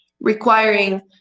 requiring